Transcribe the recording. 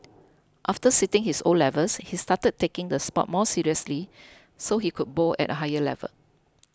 after sitting his O levels he started taking the sport more seriously so he could bowl at a higher level